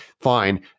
fine